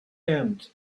end